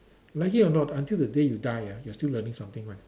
like it or not until the day you die ah you are still learning something one